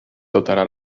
dotarà